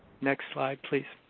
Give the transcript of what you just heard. next slide, please.